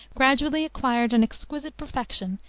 gradually acquired an exquisite perfection,